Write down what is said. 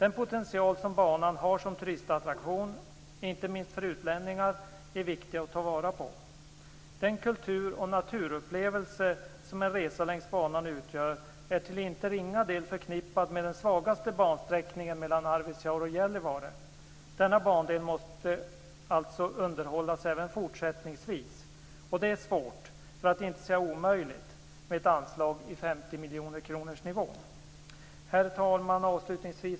Den potential banan har som turistattraktion, inte minst för utlänningar, är viktig att ta vara på. Den kultur och naturupplevelse som en resa längs banan utgör är till inte ringa del förknippad med den svagaste bansträckningen mellan Arvidsjaur och Gällivare. Denna bandel måste även fortsättningsvis underhållas, och det är svårt, för att inte säga omöjligt med ett anslag på 50 Herr talman!